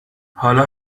حالا